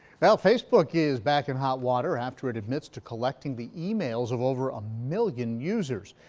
well facebook is back in hot water after it admits to collecting the emails of over a million users.